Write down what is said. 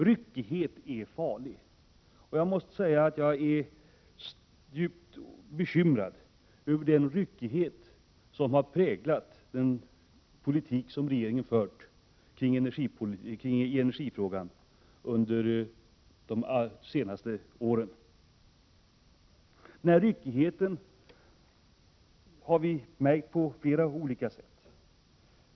Ryckighet är farlig. Jag måste säga att jag är djupt bekymrad över den ryckighet som har präglat den politik som regeringen har fört i energifrågan under de senaste åren. Denna ryckighet har märkts på flera olika sätt.